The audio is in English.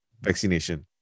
vaccination